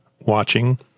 watching